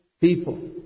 people